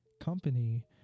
company